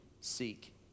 seek